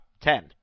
ten